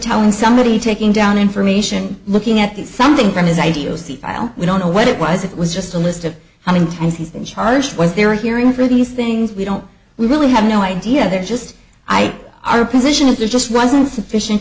telling somebody taking down information looking at something from his ideas the file we don't know what it was it was just a list of how many times he's been charged was there a hearing for these things we don't we really have no idea they're just i our position is there just wasn't sufficient